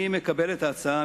אני מקבל את ההצעה,